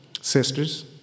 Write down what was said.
sisters